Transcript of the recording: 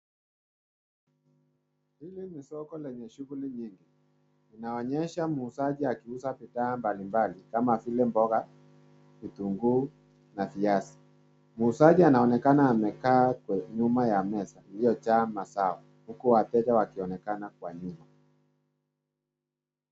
Hili ni soko lenye shughuli nyingi. Linaonyesha muuzaji akiuza bidhaa mbalimbali kama vile mboga, vitunguu na viazi. Muuzaji anaonekana amekaa nyuma ya meza iliyojaa mazao huku wateja wakionekana kwa nyuma.